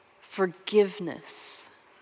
forgiveness